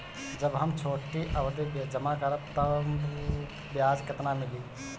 जब हम छोटी अवधि जमा करम त ब्याज केतना मिली?